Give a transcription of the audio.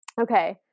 Okay